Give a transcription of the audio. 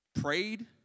prayed